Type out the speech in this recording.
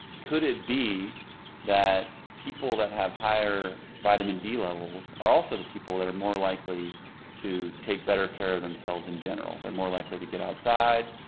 could it be that people that have higher vitamin d levels are also people that are more likely to take better care of themselves in general? they're more likely to get outside,